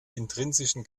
intrinsischen